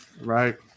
Right